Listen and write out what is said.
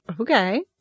Okay